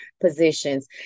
positions